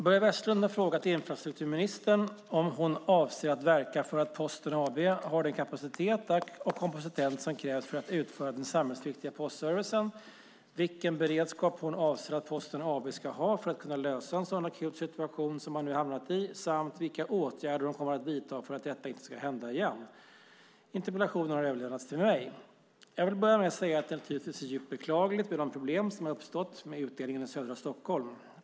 Börje Vestlund har frågat infrastrukturministern om hon avser att verka för att Posten AB har den kapacitet och kompetens som krävs för att utföra den samhällsviktiga postservicen, vilken beredskap hon avser att Posten AB ska ha för att kunna lösa en sådan akut situation som man nu hamnat i samt vilka åtgärder hon kommer att vidta för att detta inte ska hända igen. Interpellationen har överlämnats till mig. Jag vill börja med att säga att det naturligtvis är djupt beklagligt med de problem som har uppstått med utdelningen i södra Stockholm.